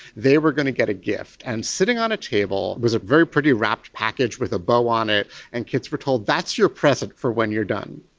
they were going to get a gift, and sitting on a table was a very prettily wrapped package with a bow on it and kids were told that's your present for when you're done.